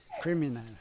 Criminal